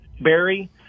Barry